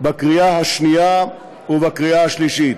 בקריאה השנייה ובקריאה השלישית.